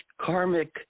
karmic